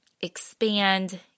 expand